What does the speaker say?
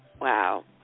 wow